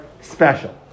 special